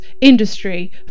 industry